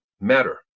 matter